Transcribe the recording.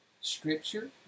Scripture